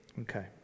Okay